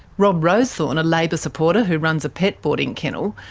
rob rowsthorne, a labor supporter who runs a pet boarding kennel,